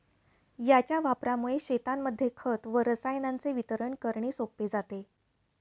याच्या वापरामुळे शेतांमध्ये खत व रसायनांचे वितरण करणे सोपे जाते